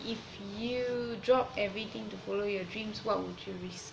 if you drop everything to follow your dreams what would you risk